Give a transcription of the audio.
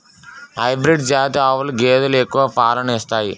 hybrid జాతి ఆవులు గేదెలు ఎక్కువ పాలను ఇత్తాయి